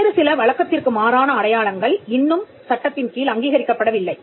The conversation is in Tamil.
வேறு சில வழக்கத்திற்கு மாறான அடையாளங்கள் இன்னும் சட்டத்தின்கீழ் அங்கீகரிக்கப்படவில்லை